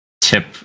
tip